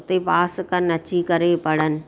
इते पास कनि अची करे पढ़नि